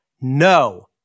No